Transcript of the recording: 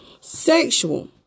sexual